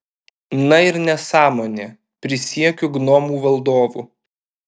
na ir nesąmonė prisiekiu gnomų valdovu